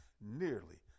nearly